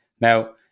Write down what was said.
Now